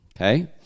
okay